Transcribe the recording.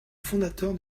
fondateur